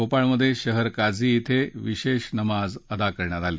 भोपाळमधे शहर काझी ॐ विशेष नमाज अदा करण्यात आली